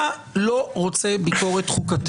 אתה לא רוצה ביקורת חוקתית.